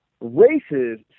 Races